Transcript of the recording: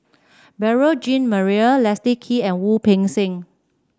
Beurel Jean Marie Leslie Kee and Wu Peng Seng